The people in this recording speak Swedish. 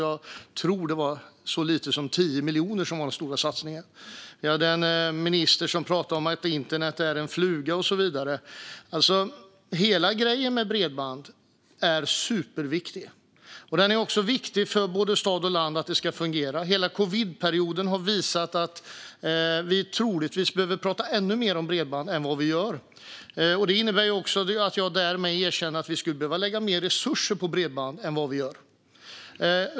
Jag tror att det var så lite som 10 miljoner som var den stora satsningen då. Vi hade en minister som pratade om att internet är en fluga och så vidare. Hela grejen med bredband är superviktig. Den är viktig för att både stad och land ska fungera. Hela covidperioden har visat att vi troligtvis behöver prata ännu mer om bredband än vi gör. Och jag erkänner att det innebär att vi skulle behöva lägga mer resurser på bredband än vi gör.